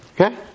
Okay